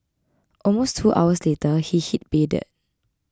almost two hours later he hit pay dirt